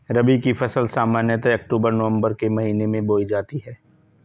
रबी की फ़सल सामान्यतः अक्तूबर नवम्बर के महीने में बोई जाती हैं